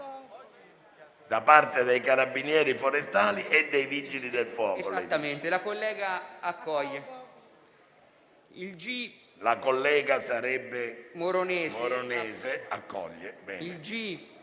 da parte dei Carabinieri forestali e dei Vigili del fuoco.